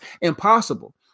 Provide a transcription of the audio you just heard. impossible